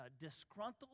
disgruntled